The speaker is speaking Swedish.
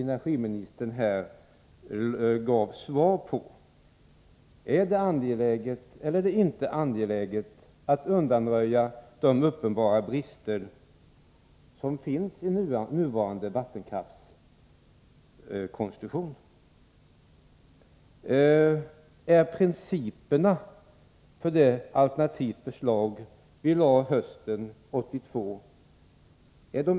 Energiministern borde också kunna ge svar på följande frågor: Är det angeläget att undanröja de uppenbara brister som finns i nuvarande vattenkraftskonstruktion? Är principerna för det alternativa förslag som vi lade fram hösten 1982